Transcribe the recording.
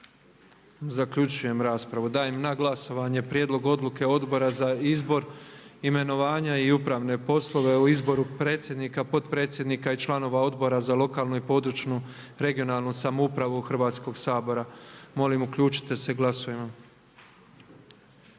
Zaključujem raspravu. Dajem na glasovanje Prijedlog odluke Odbora za izbor, imenovanja i upravne poslove o izboru predsjednika, potpredsjednika i članova Odbora za lokalnu i područnu(regionalnu) samoupravu Hrvatskoga sabora. Molim uključite se. Glasujmo.